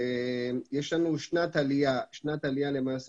יש לנו שנת עלייה אותה אנחנו למעשה